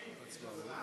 יש בעיה